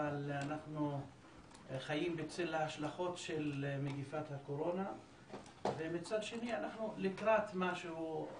אבל אנחנו חיים בצל ההשלכות של מגפת הקורונה ומצד שני אנחנו לקראת משהו,